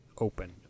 open